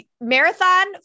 marathon